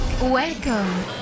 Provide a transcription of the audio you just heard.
Welcome